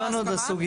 הבנו את הסוגיה.